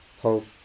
hope